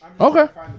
Okay